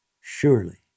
Surely